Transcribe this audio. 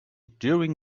during